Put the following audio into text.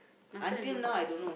must say I must ask